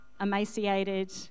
emaciated